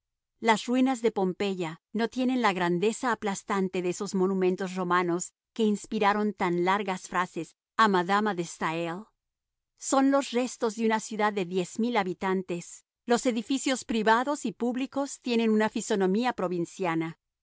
las ruinas de pompeya no tienen la grandeza aplastante de esos monumentos romanos que inspiraron tan largas frases a madama de stal son los restos de una ciudad de diez mil habitantes los edificios privados y públicos tienen una fisonomía provinciana